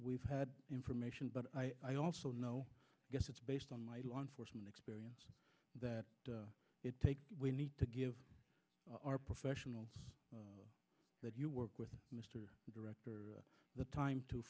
we've had information but i also know i guess it's based on my law enforcement experience that it takes we need to give our professionals that you work with mr director at the time to